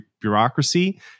bureaucracy